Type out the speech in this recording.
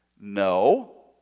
No